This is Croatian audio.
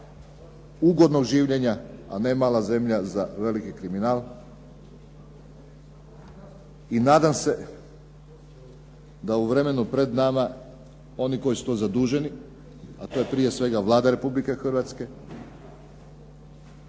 ugodno življenja, a ne mala zemlja za veliki kriminal. I nadam se da u vremenu pred nama, oni koji su to zaduženi, a to je prije svega Vlada Republike Hrvatske,